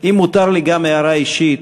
אם מותר לי גם הערה אישית,